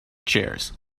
chairs